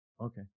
Okay